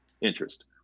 interest